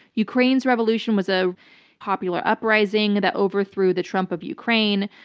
ukraine's revolution was a popular uprising that overthrew the trump of ukraine,